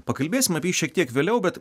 pakalbėsim apie jį šiek tiek vėliau bet